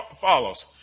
follows